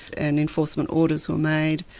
and enforcement orders were made.